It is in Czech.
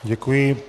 Děkuji.